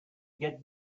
get